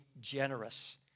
generous